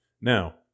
now